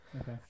okay